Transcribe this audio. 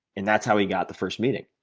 and that's how he got the first meeting.